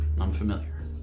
Unfamiliar